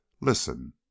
Listen